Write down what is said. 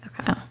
Okay